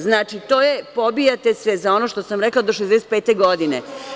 Znači, pobijate sve za ono što sam rekla – do 65 godine.